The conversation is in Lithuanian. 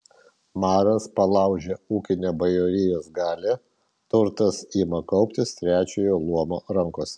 maras palaužia ūkinę bajorijos galią turtas ima kauptis trečiojo luomo rankose